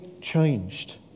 changed